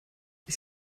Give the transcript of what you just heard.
ich